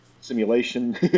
simulation